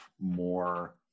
more